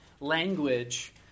language